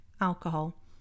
alcohol